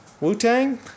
Wu-Tang